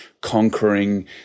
conquering